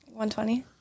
120